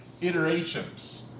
iterations